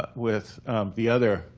with the other